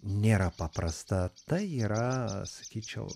nėra paprasta tai yra sakyčiau